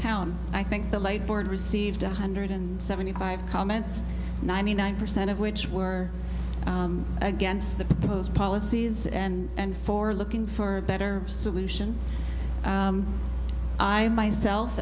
town i think the light board received a hundred and seventy five comments ninety nine percent of which were against the proposed policies and for looking for a better solution i myself